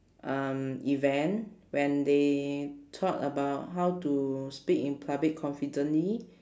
um event when they talk about how to speak in public confidently